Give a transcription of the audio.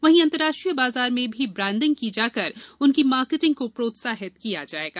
वहीं अन्तर्राष्ट्रीय बाजार में भी ब्राण्डिंग की जाकर उनकी मार्केटिंग को प्रोत्साहित किया जायेगा